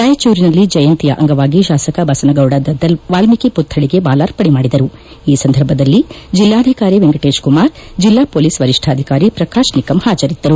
ರಾಯಚೂರಿನಲ್ಲಿ ಜಯಂತಿಯ ಅಂಗವಾಗಿ ಶಾಸಕ ಬಸನಗೌಡ ದದ್ದಲ್ ವಾಲ್ಮೀಕಿ ಪುಕ್ತಳಿಗೆ ಮಾಲಾರ್ಪಣೆ ಮಾಡಿದರು ಈ ಸಂದರ್ಭದಲ್ಲಿ ಜಿಲ್ಲಾಧಿಕಾರಿ ವೆಂಕಟೇಶ್ ಕುಮಾರ್ ಜಿಲ್ಲಾ ಪೊಲೀಸ್ ವರಿಷ್ಠಾಧಿಕಾರಿ ಪ್ರಕಾಶ್ ನಿಕಂ ಹಾಜರಿದ್ದರು